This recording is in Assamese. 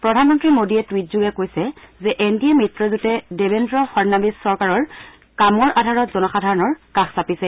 প্ৰধানমন্ত্ৰী মোডীয়ে টুইটযোগে কৈছে যে এন ডি এ মিত্ৰজোঁটে দেৱেন্দ্ৰ ফাড়নৱীছ চৰকাৰৰ কামৰ আধাৰত জনসাধাৰণৰ কাষ চাপিছে